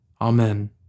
Amen